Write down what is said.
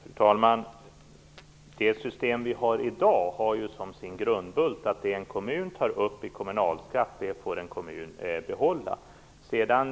Fru talman! Grundbulten i det system som vi har i dag är att det som en kommun tar upp i kommunalskatt får kommunen behålla.